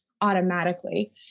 automatically